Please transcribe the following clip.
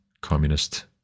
communist